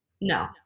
No